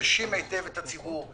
חשים היטב את הציבור,